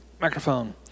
Microphone